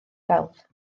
bawb